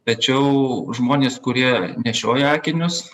tačiau žmonės kurie nešioja akinius